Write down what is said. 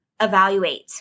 evaluate